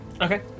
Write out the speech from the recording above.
okay